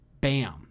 bam